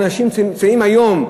אנשים שנמצאים היום,